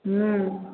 ह्म्म